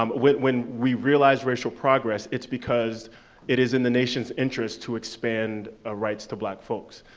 um when when we realize racial progress, it's because it is in the nation's interest to expand ah rights to black folks.